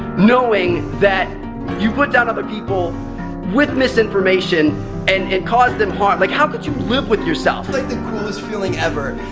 knowing that you put down other people with misinformation and caused them harm. like, how could you live with yourself! like the coolest feeling ever,